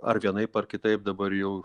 ar vienaip ar kitaip dabar jau